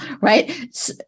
right